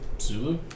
Zulu